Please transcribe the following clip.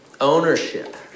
Ownership